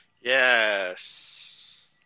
Yes